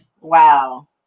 Wow